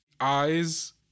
eyes